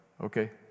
okay